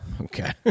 Okay